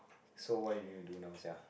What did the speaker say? so what you want me to do now sia